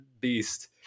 beast